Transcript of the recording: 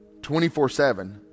24-7